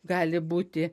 gali būti